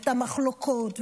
את המחלוקות,